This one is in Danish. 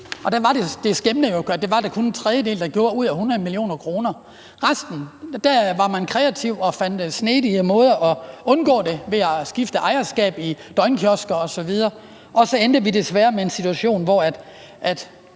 for 100 mio. kr. var der kun en tredjedel der gjorde det. I resten af tilfældene var man kreativ og fandt snedige måder at undgå det på ved at skifte ejerskab i døgnkiosker osv., og så endte vi desværre med en situation, hvor